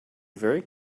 very